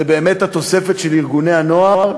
זה באמת התוספת של ארגוני הנוער,